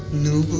new